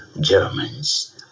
Germans